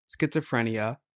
schizophrenia